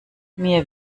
mir